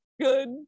good